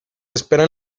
esperan